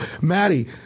Maddie